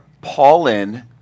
Paulin